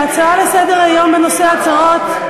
ההצעה לסדר-היום בנושא: הצהרות,